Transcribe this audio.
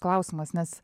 klausimas nes